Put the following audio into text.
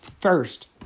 first